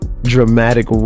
dramatic